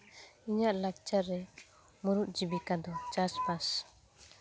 ᱤᱧᱟᱹᱜ ᱞᱟᱠᱪᱟᱨ ᱨᱮ ᱢᱩᱬᱩᱫ ᱡᱤᱵᱤᱠᱟ ᱫᱚ ᱪᱟᱥᱼᱵᱟᱥ